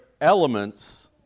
elements